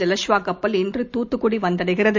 ஜலஷ்வாகப்பல் இன்று தூத்துக்குடிவந்தடைகிறது